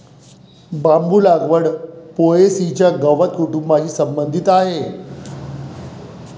बांबू लागवड पो.ए.सी च्या गवत कुटुंबाशी संबंधित आहे